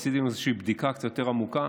עשיתי בדיקה איזושהי בדיקה קצת יותר עמוקה: